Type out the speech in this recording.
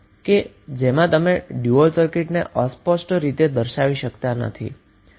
જેથી તમને ડયુઅલ સર્કિટને દર્શાવવામા કોઇ અસ્પષ્ટ નહી રહે